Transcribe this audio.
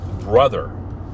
brother